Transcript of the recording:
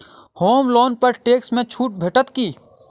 होम loan पर tax मे छुट भेटत की